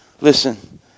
listen